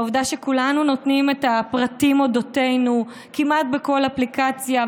והעובדה שכולנו נותנים את הפרטים על אודותינו כמעט בכל אפליקציה,